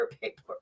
paper